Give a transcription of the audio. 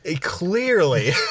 Clearly